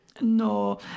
No